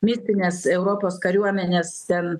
mistinės europos kariuomenės ten